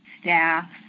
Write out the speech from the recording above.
staff